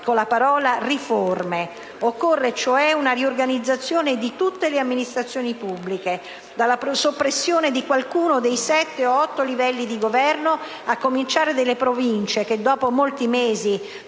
con la parola «riforme». Occorre cioè una riorganizzazione di tutte le amministrazioni pubbliche, partendo dalla soppressione di qualcuno dei sette o otto livelli di governo, a cominciare dalle Province che, dopo molti mesi